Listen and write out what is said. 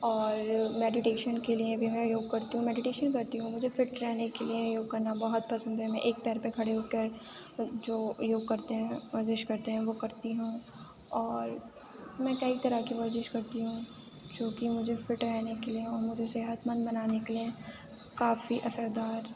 اور میڈیٹیشن کے لیے بھی میں یوگ کرتی ہوں میڈیٹیشن کرتی ہوں مجھے فٹ رہنے کے لیے یوگ کرنا بہت پسند ہے میں ایک پیر پہ کھڑے ہو کر جو یوگ کرتے ہیں ورزش کرتے ہیں وہ کرتی ہوں اور میں کئی طرح کی ورزش کرتی ہوں چوں کہ مجھے فٹ رہنے کے لیے اور مجھے صحت مند بنانے کے لیے کافی اثردار